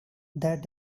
that